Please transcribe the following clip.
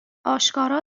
آشکارا